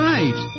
Right